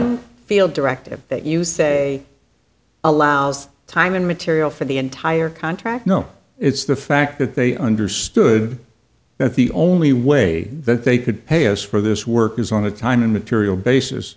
e field directive that you say allows time and material for the entire contract no it's the fact that they understood that the only way that they could pay us for this work is on a time and material basis